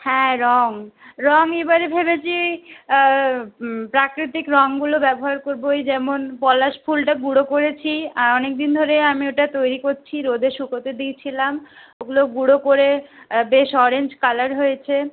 হ্যাঁ রং রং এ বারে ভেবেছি প্রাকৃতিক রংগুলো ব্যবহার করব ওই যেমন পলাশফুলটা গুঁড়ো করেছি অনেকদিন ধরে আমি ওটা তৈরি করছি রোদে শুকোতে দিয়েছিলাম ওগুলো গুঁড়ো করে বেশ অরেঞ্জ কালার হয়েছে